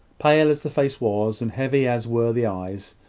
pale as the face was, and heavy as were the eyes,